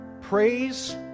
praise